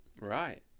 right